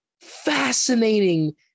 fascinating